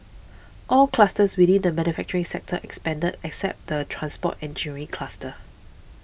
all clusters within the manufacturing sector expanded except the transport engineering cluster